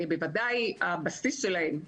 בוודאי הבסיס שלהם.